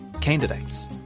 candidates